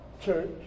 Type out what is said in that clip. Church